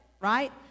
right